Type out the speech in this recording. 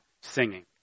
singing